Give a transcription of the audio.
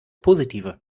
positive